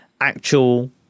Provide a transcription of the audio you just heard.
actual